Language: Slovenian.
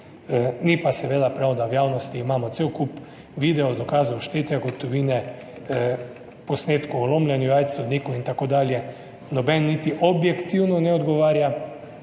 Ni pa prav, da v javnosti imamo cel kup videov, dokazov, štetja gotovine, posnetkov o lomljenju jajc sodnikov in tako dalje. Nobeden niti objektivno ne odgovarja,